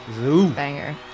Banger